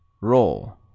Roll